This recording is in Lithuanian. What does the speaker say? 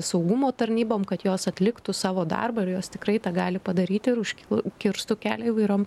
saugumo tarnybom kad jos atliktų savo darbą ir jos tikrai tą gali padaryti ir užkirstų kelią įvairiom